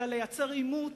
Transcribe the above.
אלא לייצר עימות